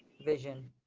vision.